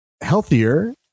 healthier